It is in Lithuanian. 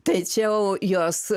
tačiau jos